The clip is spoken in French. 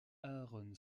aaron